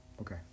Okay